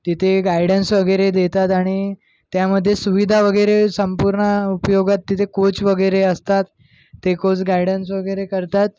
तिथे गायडन्स वगैरे देतात आणि त्यामध्ये सुविधा वगैरे संपूर्ण उपयोगात तिथे कोच वगैरे असतात ते कोच गायडन्स वगैरे करतात